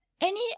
Any